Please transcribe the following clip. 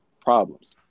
problems